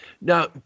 Now